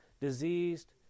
diseased